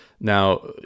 Now